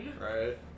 right